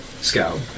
scout